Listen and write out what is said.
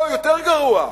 או יותר גרוע,